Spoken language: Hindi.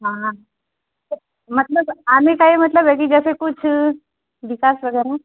हाँ मतलब आने का ये मतलब है कि जैसे कुछ विकास वगैरह